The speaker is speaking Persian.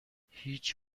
هیچ